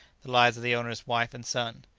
the lives of the owner's wife and son.